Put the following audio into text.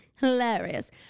Hilarious